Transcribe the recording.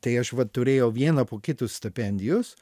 tai aš vat turėjau vieną po kitos stipendijos